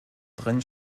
drin